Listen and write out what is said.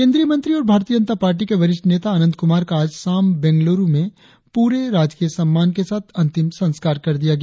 केंद्रीय मंत्री और भारतीय जनता पार्टी के वरिष्ठ नेता अनंत कुमार का आज शाम बंगलुरु में पूरे राजकीय सम्मान के साथ अंतिम संस्कार कर दिया गया